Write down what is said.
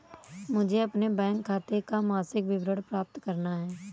मुझे अपने बैंक खाते का मासिक विवरण प्राप्त करना है?